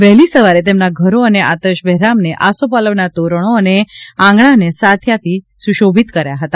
વહેલી સવારે તેમના ઘરો અને આતશ બેહરામને આસોપાલવના તોરણ અને આંગણાને સાથિયાથી શુસોભિત કર્યા હતા